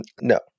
No